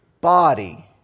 body